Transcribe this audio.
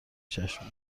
چشمم